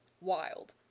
Wild